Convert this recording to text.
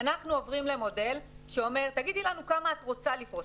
אנחנו עוברים למודל של תגידי לנו כמה את רוצה לפרוס,